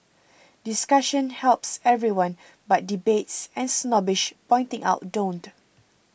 discussion helps everyone but debates and snobbish pointing out don't